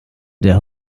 der